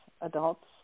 adults